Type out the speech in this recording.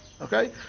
Okay